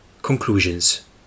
Conclusions